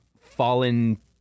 fallen